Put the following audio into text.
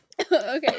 Okay